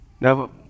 Now